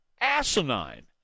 asinine